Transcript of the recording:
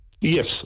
Yes